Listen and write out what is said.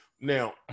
now